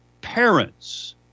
parents